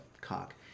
cock